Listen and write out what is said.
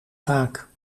vaak